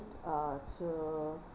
uh to